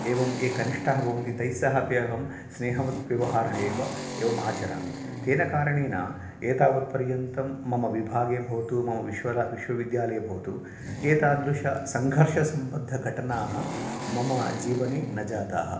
एवम् ये कनिष्ठाः भवन्ति तैस्सह अपि अहं स्नेहवत् व्यवहारः एव आचरामि तेन कारणेन एतावत्पर्यन्तं मम विभागे भवतु मम विश्वला विश्वविद्यालये भवतु एतादृशसङ्घर्षसम्बद्धघटनाः मम जीवने न जाताः